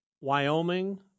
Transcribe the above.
Wyoming